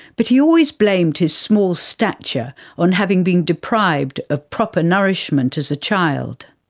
but he always blamed his small stature on having been deprived of proper nourishment as a child.